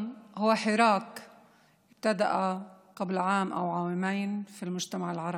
התחיל לפני שנה או שנתיים בחברה הערבית,